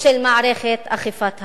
של מערכת אכיפת החוק,